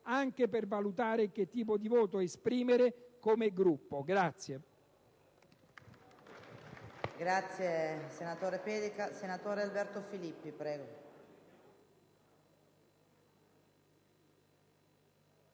anche per valutare che tipo di voto esprimere come Gruppo.